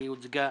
היא הוצגה